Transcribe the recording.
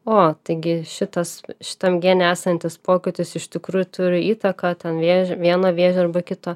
o taigi šitas šitam gene esantis pokytis iš tikrųjų turi įtaką ten vėžio vieno vėžio arba kito